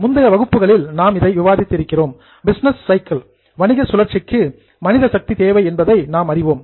முந்தைய வகுப்புகளில் நாம் இதை விவாதித்திருக்கிறோம் பிஸ்னஸ் சைக்கிள் வணிக சுழற்சிக்கு ஹியூமன் பவர் மனித சக்தி தேவை என்பதை நாம் அறிவோம்